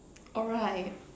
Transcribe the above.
alright